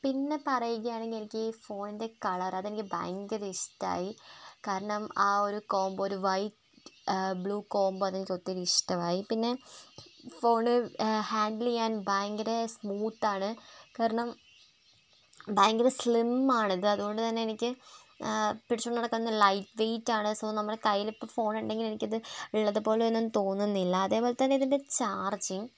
പിന്നെ പറയുകയാണെങ്കില് എനിക്ക് ഈ ഫോണിൻറ്റെ കളര് അതെനിക്ക് ഭയങ്കരം ഇഷ്ടമായി കാരണം ആ ഒരു കോമ്പോ ഒരു വൈറ്റ് ബ്ലൂ കോമ്പോ അതെനിക്കൊത്തിരി ഇഷ്ടമായി പിന്നെ ഫോണ് ഹാൻഡില് ചെയ്യാന് ഭയങ്കരം സ്മൂത്താണ് കാരണം ഭയങ്കരം സ്ലിമ്മാണിത് അതുകൊണ്ട് തന്നെ എനിക്ക് പിടിച്ചുകൊണ്ട് നടക്കാന് ലൈറ്റ് വേയ്റ്റാണ് സോ നമ്മുടെ കയ്യിലിപ്പോള് ഫോണുണ്ടെങ്കിൽ എനിക്കത് ഉള്ളതുപോലെയൊന്നും തോന്നുന്നില്ല അതേപോലെ തന്നെ ഇതിൻറ്റെ ചാർജിങ്